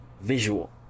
visual